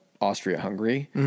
Austria-Hungary